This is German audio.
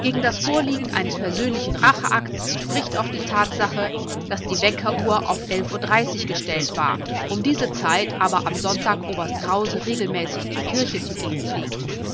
gegen das vorliegen eines persönlichen racheakts spricht auch die tatsache daß die weckeruhr auf uhr gestellt war um diese zeit aber am sonntag oberst krause regelmäßig zur kirche zu gehen pflegt